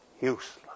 useless